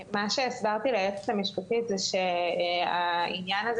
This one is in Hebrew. מה שהסברתי ליועצת המשפטית זה שהעניין של